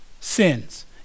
sins